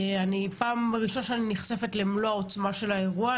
פעם ראשונה שאני נחשפת למלוא העוצמה של האירוע.